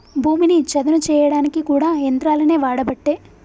భూమిని చదును చేయడానికి కూడా యంత్రాలనే వాడబట్టే